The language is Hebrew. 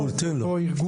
זה אותו ארגון?